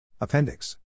Appendix